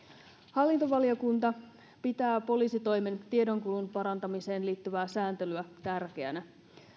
hallintovaliokunta pitää poliisitoimen tiedonkulun parantamiseen liittyvää sääntelyä tärkeänä